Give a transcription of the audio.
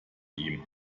ihm